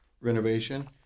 renovation